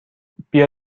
بیا